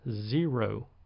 zero